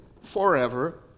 forever